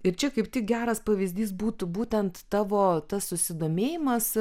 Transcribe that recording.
ir čia kaip tik geras pavyzdys būtų būtent tavo tas susidomėjimas